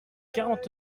quarante